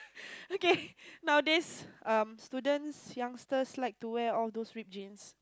okay nowadays um students youngsters like to wear all those ripped jeans